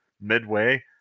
midway